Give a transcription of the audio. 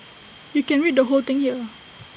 you can read the whole thing here